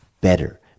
better